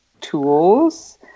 tools